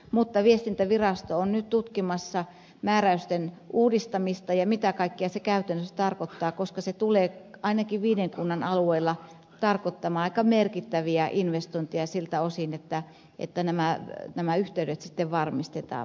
mutta viestintävirasto on nyt tutkimassa määräysten uudistamista ja mitä kaikkea se käytännössä tarkoittaa koska se tulee ainakin viiden kunnan alueella tarkoittamaan aika merkittäviä investointeja siltä osin että nämä yhteydet sitten varmistetaan